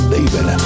David